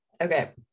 Okay